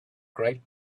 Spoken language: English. great